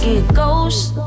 Ghost